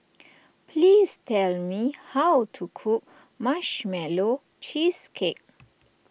please tell me how to cook Marshmallow Cheesecake